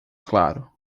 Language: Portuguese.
claro